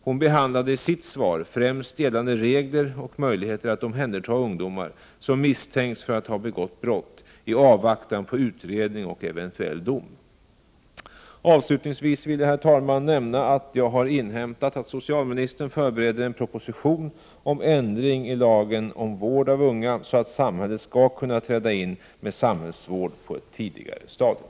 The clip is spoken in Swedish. Hon behandlade i sitt svar främst gällande regler och möjligheter att omhänderta ungdomar, som misstänks för att ha begått brott, i avvaktan på utredning och eventuell dom. Avslutningsvis vill jag, herr talman, nämna att jag har inhämtat att socialministern förbereder en proposition om ändring i lagen om vård av unga, så att samhället skall kunna träda in med samhällsvård på ett tidigare stadium.